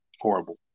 Horrible